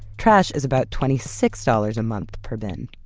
trash is about twenty six dollars a month per bin.